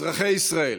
אזרחי ישראל,